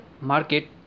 market